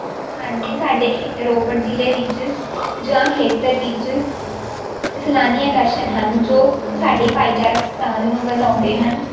ਹਾਂਜੀ ਸਾਡੇ ਖੇਤ ਰੋਪੜ ਜ਼ਿਲ੍ਹੇ ਵਿੱਚ ਜਾਂ ਖੇਤਰ ਵਿੱਚ ਸੈਲਾਨੀ ਆਕਰਸ਼ਨ ਹਨ ਜੋ ਸਾਡੀ ਭਾਈਚਾਰਕ ਸਾਂਝ ਨੂੰ ਵਧਾਉਂਦੇ ਹਨ